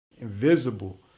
invisible